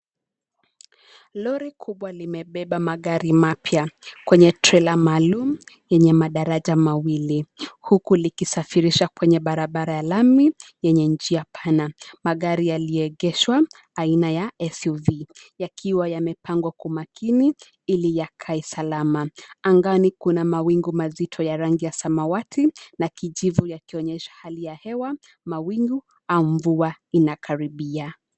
Lori kubwa limebeba magari mapya, kwenya trela maalum, yenye madaraja mawili, huku likisafirisha kwenye barabara ya lami, yenye njia pana, magari yaliyoegeshwa, aina ya SUV , yakiwa yamepangwa kwa umakini, iliyakae salama, angani kuna mawingu mazito ya rangi ya samawati, na kijivu yakionyesha hali ya hewa, mawingu au mvua inakaribia.